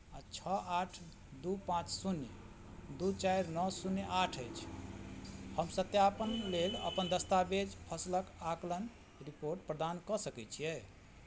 आओर छओ आठ दू पाँच शून्य दू चारि नओ शून्य आठ अछि हम सत्यापन लेल अपन दस्तावेज फसलक आकलन रिपोर्ट प्रदान कए सकय छियै